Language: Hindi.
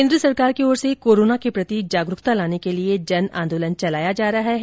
केन्द्र सरकार की ओर से कोरोना के प्रति जागरूकता लाने के लिए जन आंदोलन चलाया जा रहा है